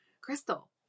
Crystal